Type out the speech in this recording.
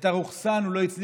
את הרוכסן הוא לא הצליח